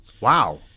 Wow